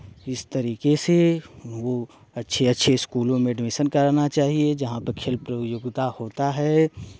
इस तरीके से वो अच्छे अच्छे स्कूलों में एडमिशन कराना चाहिए जहाँ पर खेल प्रयोगिता होता है